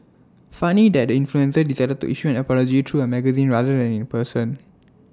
funny that the influencer decided to issue an apology through A magazine rather than in person